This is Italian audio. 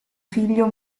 figlio